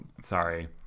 sorry